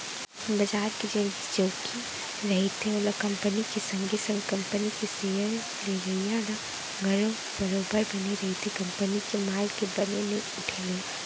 बजार के जेन जोखिम रहिथे ओहा कंपनी के संगे संग कंपनी के सेयर लेवइया ल घलौ बरोबर बने रहिथे कंपनी के माल के बने नइ उठे ले